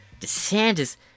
DeSantis